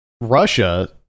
Russia